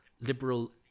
liberal